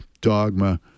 dogma